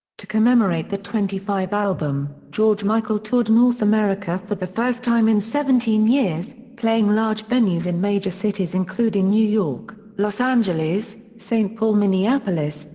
to commemorate the twenty five album, george michael toured north america for the first time in seventeen years, playing large venues in major cities including new york, los angeles, st. paul minneapolis,